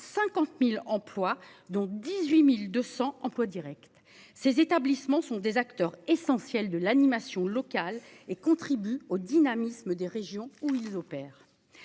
50.000 emplois dont 18.200 emplois Directs. Ces établissements sont des acteurs essentiels de l'animation locale et contribue au dynamisme des régions où ils opèrent.